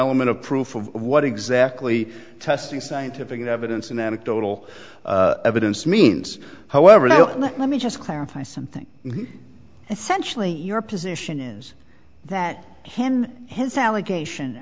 element of proof of what exactly testing scientific evidence and anecdotal evidence means however let me just clarify something essentially your position is that when his allegation